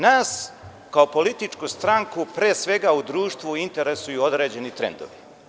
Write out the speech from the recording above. Nas, kao političku stranku, pre svega, u društvu interesuju određeni trendovi.